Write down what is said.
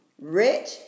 rich